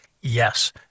yes